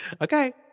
Okay